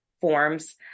forms